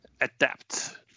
adapt